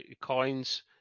coins